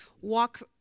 walk